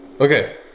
Okay